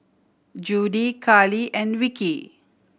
Judie Carli and Vickie